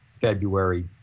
February